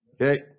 okay